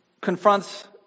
confronts